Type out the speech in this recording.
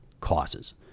causes